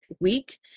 week